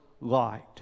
light